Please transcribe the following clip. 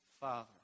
Father